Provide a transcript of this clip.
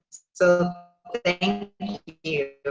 so thank you.